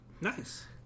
Nice